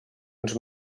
uns